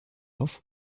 auf